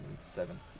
seven